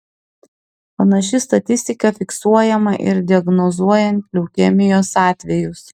panaši statistika fiksuojama ir diagnozuojant leukemijos atvejus